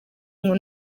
ngo